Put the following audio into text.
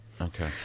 okay